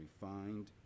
refined